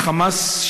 "חמאס",